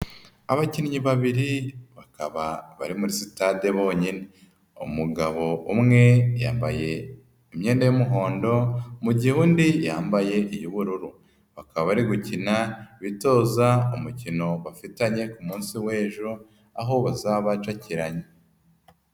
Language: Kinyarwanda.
Abakinnyi babiri bakaba bari muri sitade bonyine, umugabo umwe yambaye imyenda y'umuhondo mugihe undi yambaye iy'ubururu, bakaba bari gukina bitoza umukino bafitanye ku munsi w'ejo aho bazaba bacakiranye.